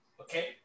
Okay